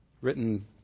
written